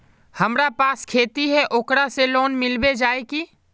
हमरा पास खेती है ओकरा से लोन मिलबे जाए की?